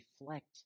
reflect